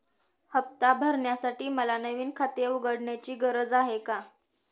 हफ्ता भरण्यासाठी मला नवीन खाते उघडण्याची गरज आहे का?